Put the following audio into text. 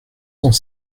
sans